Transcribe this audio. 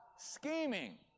scheming